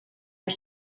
are